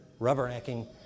rubbernecking